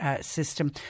system